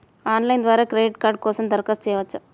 Online ద్వారా credit card కోసం దరఖాస్తు చేయవచ్చా?